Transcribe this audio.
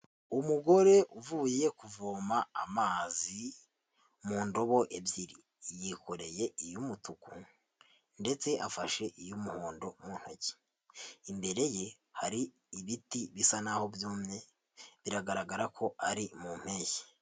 Umugore uvuye kuvoma amazi mu ndobo ebyiri, yikoreye iy'umutuku ndetse afashe iy'umuhondo mu ntoki, imbere ye hari ibiti bisa n'aho byumye biragaragara ko ari mu mpeshyi.